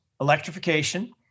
electrification